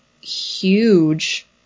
huge